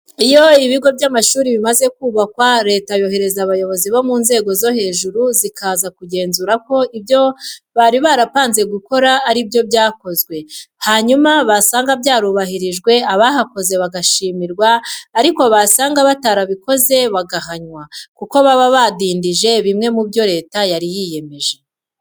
Iyo ibigo by'amashuri bimaze kubakwa, leta yohereza abayobozi bo mu nzego zo hejuru zikaza kugenzura ko ibyo bari bapanze gukora ari byo byakozwe, hanyuma basanga byarubahirijwe abahakoze bagashimirwa ariko basanga batarabikoze bagahanwa kuko baba badindije bimwe mu byo leta yari yiyemeje.